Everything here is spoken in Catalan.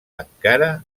encara